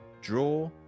draw